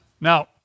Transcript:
Now